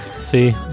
See